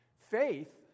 faith